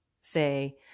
say